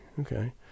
Okay